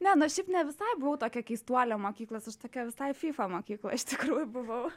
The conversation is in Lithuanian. ne nu aš šiaip ne visai buvau tokia keistuolė mokyklos aš tokia visai fyfa mokykloj iš tikrųjų buvau